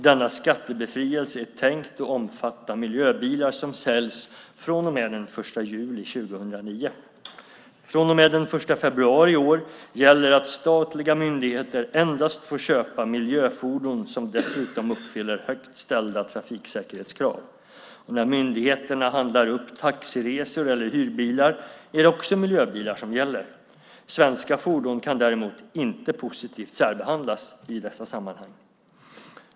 Denna skattebefrielse är tänkt att omfatta miljöbilar som säljs från och med den 1 juli 2009. Från och med den 1 februari i år gäller att statliga myndigheter endast får köpa miljöfordon som dessutom uppfyller högt ställda trafiksäkerhetskrav. När myndigheterna handlar upp taxiresor eller hyrbilar är det också miljöbilar som gäller. Svenska fordon kan däremot inte positivt särbehandlas i dessa sammanhang.